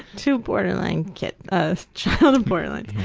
two borderline kids, ah child of borderline.